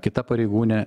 kita pareigūnė